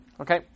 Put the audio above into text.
Okay